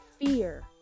fear